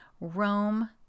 Rome